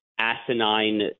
asinine